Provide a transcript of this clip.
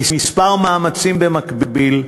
בכמה מאמצים במקביל,